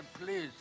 please